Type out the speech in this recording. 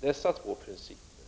Dessa två principer,